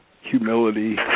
humility